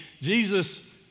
Jesus